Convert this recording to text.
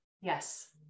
Yes